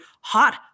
hot